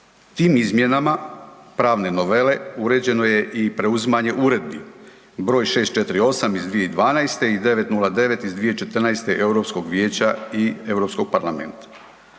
Tim izmjenama pravne novele uređeno je i preuzimanje Uredbi br. 648. iz 2012. i 909. iz 2014. Europskog vijeća i Europskog parlamenta.